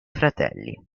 fratelli